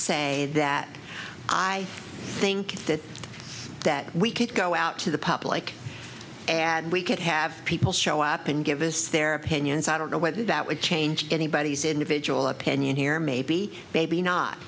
say that i think that that we could go out to the public and we could have people show up and give us their opinions i don't know whether that would change anybody's individual opinion here maybe maybe not